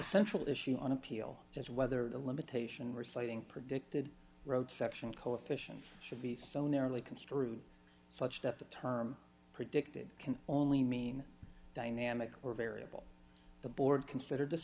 central issue on appeal as whether the limitation were slighting predicted road section coefficient should be so narrowly construed such that the term predicted can only mean dynamic or variable the board considered this